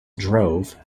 drove